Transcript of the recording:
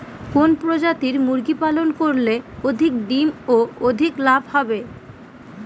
কোন প্রজাতির মুরগি পালন করলে অধিক ডিম ও অধিক লাভ হবে?